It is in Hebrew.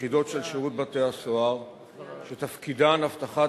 ביחידות של שירות בתי-הסוהר שתפקידן אבטחת